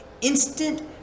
instant